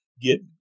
Get